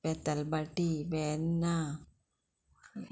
Betalbatim Verna